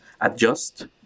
Adjust